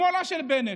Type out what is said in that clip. שמאלה של בנט,